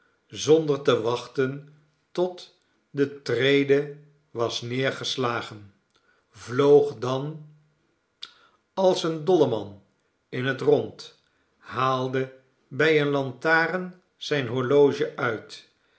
zonder te wachten tot de trede was neergeslagen vloog dan als een dolleman in het rond haalde bij eene lantaarn zijn horloge uit